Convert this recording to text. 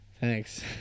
Thanks